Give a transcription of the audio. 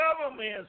government